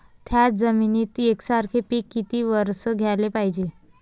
थ्याच जमिनीत यकसारखे पिकं किती वरसं घ्याले पायजे?